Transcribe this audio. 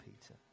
Peter